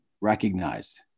recognized